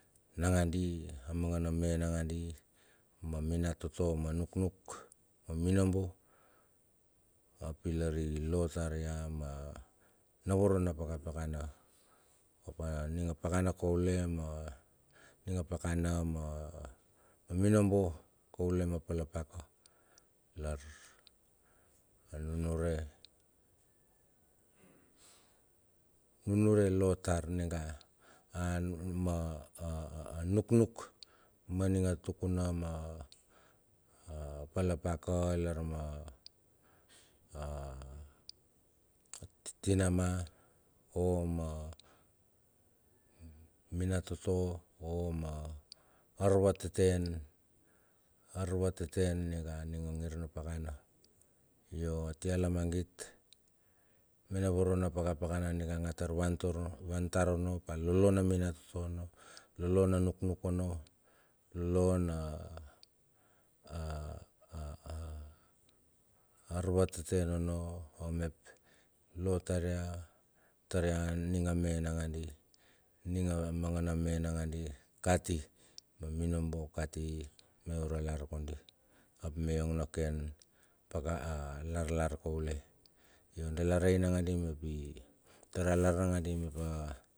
Nangadi a manga na me nangandi ma minatoto, ma nuk nuk, ma minobo, ap ilar i lo tar ya ma na voro na pakapakana. Ap a ning a pakana kaule ma ning pakana kaule ma minobo kaule ma palapaka lar nunure nunure lotar ninga a ma a a nuknuk. Ma ninga tukuna ma palapaka lar ma a a tinama o ma minatoto o ma arvateten arvateten minga ning a ngir na pakana. Yo atia lamagit, me na vorona pakapakana mingang atar van tar onno, vantar onno, ap alolo na minatoto onno. Lolo na nuknuk onno lo na a a a a arvateten onno a mep lo tar ia tar ia ninga me nangadi kati minobo kati me ura lar kodi ap me iong na ken paka a larlar kaule io dala rei nangadi map i tar alar nanagadi.